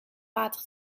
water